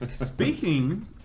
speaking